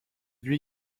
lui